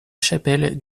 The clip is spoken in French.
chapelle